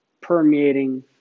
permeating